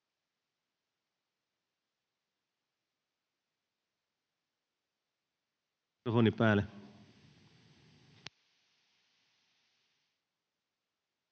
Kiitos.